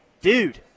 dude